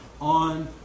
on